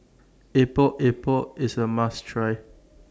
Epok Epok IS A must Try